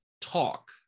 talk